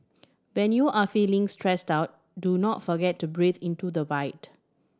when you are feeling stressed out do not forget to breathe into the void